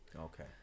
okay